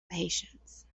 patience